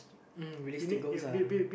uh realistic goals uh